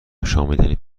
آشامیدنی